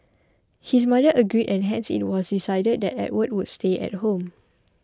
his mother agreed and hence it was decided that Edward would stay at home